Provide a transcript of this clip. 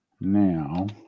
Now